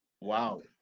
Wow